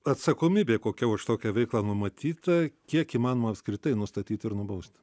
atsakomybė kokia už tokią veiklą numatyta kiek įmanoma apskritai nustatyti ir nubausti